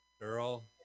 girl